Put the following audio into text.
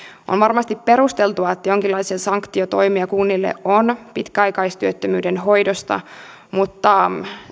on varmasti perusteltua että jonkinlaisia sanktiotoimia kunnille on pitkäaikaistyöttömyyden hoidosta mutta